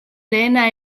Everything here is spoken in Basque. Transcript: lehena